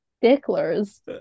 sticklers